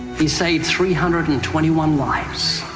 he saved three hundred and twenty one lives.